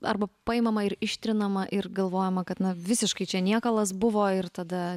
arba paimama ir ištrinama ir galvojama kad na visiškai čia niekalas buvo ir tada